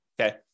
okay